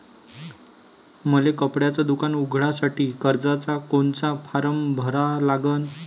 मले कपड्याच दुकान उघडासाठी कर्जाचा कोनचा फारम भरा लागन?